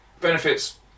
Benefits